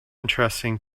interesting